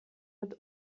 mit